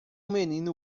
menino